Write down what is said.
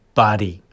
body